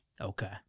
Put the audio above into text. Okay